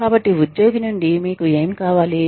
కాబట్టి ఉద్యోగి నుండి మీకు ఏమి కావాలి